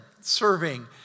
serving